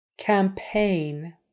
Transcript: Campaign